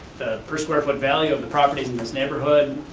the per square foot value of the properties in this neighborhood.